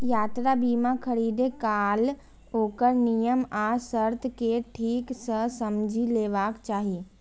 यात्रा बीमा खरीदै काल ओकर नियम आ शर्त कें ठीक सं समझि लेबाक चाही